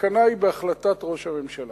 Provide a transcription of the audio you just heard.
התקנה היא בהחלטת ראש הממשלה.